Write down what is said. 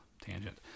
Tangent